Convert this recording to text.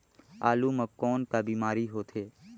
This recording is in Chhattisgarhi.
आलू म कौन का बीमारी होथे?